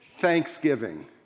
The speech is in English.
thanksgiving